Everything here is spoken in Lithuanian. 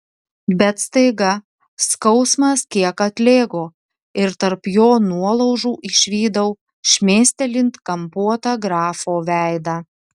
bet staiga skausmas kiek atlėgo ir tarp jo nuolaužų išvydau šmėstelint kampuotą grafo veidą